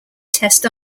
test